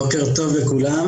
בוקר טוב לכולם.